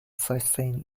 sustains